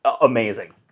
amazing